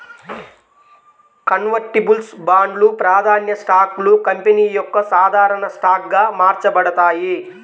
convertibles బాండ్లు, ప్రాధాన్య స్టాక్లు కంపెనీ యొక్క సాధారణ స్టాక్గా మార్చబడతాయి